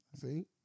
see